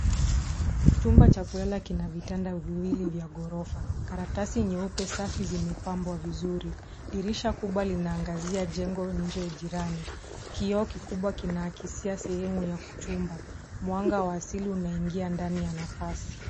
Chumba cha kulala kina vitanda viwili vya ghorofa. Karatasi nyeupe safi zimepangwa vizuri. Dirisha kubwa linaangazia jengo nje jirani. Kioo kikubwa kinaakizia sehemu ya kuchumba. Mwanga wa asili unaingia ndani ya mavazi.